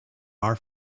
our